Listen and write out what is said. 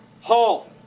Hall